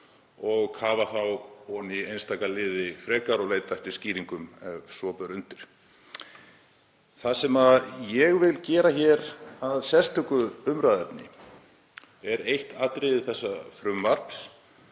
og kafa frekar ofan í einstaka liði og leita eftir skýringum ef svo ber undir. Það sem ég vil gera hér að sérstöku umræðuefni er eitt atriði þessa frumvarps